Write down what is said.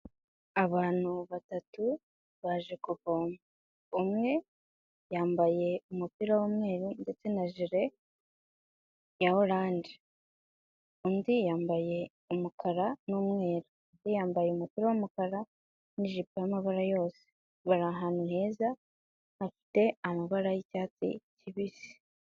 Abantu batatu baje kuvoma, umwe yambaye umupira w'umweru ndetse na jire ya oranje, undi yambaye umukara n'umweru, undi yambaye umupira w'umukara n'ijipo y'amabara yose. Bari ahantu heza hafite amabara y'icyatsi kibisi.